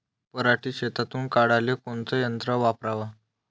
पराटी शेतातुन काढाले कोनचं यंत्र वापराव?